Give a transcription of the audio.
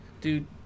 Dude